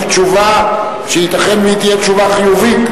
תשובה שייתכן שהיא תהיה תשובה חיובית.